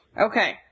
Okay